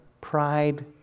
pride